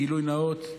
גילוי נאות,